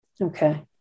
Okay